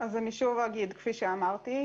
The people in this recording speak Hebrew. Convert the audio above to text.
אני שוב אומר כמו שאמרתי.